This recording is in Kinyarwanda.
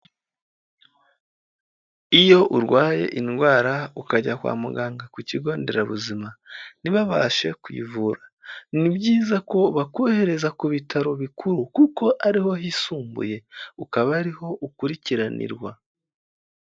Iyo urwaye indwara ukajya kwa muganga ku kigo nderabuzima, ntibabashe kuyivura, ni byiza ko bakohereza ku bitaro bikuru kuko ariho hisumbuye, ukaba ari ho ukurikiranirwa.